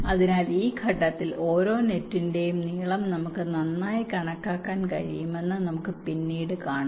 അതിനാൽ ഈ ഘട്ടത്തിൽ ഓരോ നെറ്റിന്റേയും നീളം നമുക്ക് നന്നായി കണക്കാക്കാൻ കഴിയുമെന്ന് നമുക്ക് പിന്നീട് കാണാം